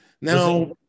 now